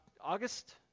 August